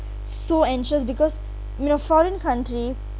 so anxious because in a foreign country